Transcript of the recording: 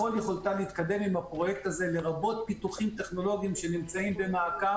נוהל הרישוי שהתחלנו אותו בדיוק לפני שנה.